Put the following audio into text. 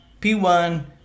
P1